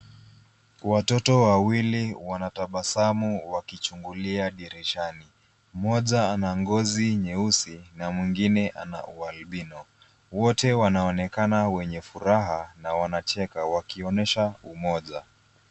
Watoto wawili wanatabasamu wakichungulia dirishani. Mmoja ana ngozi nyeusi na mwingine ana ualbino. Wote wanaonekana wenye furaha, na wanacheka, wakionesha umoja.